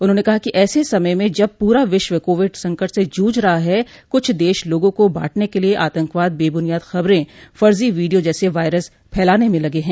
उन्होंने कहा कि ऐसे समय में जब पूरा विश्व कोविड संकट से जूझ रहा है कुछ देश लोगों को बांटने के लिए आतंकवाद बेबुनियाद खबरें फर्जी वीडियो जैसे वायरस फैलाने में लगे हैं